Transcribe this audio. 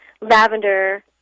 lavender